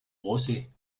brosser